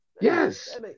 Yes